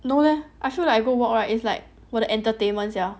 no leh I feel like I go work right it's like for the entertainment sia